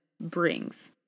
brings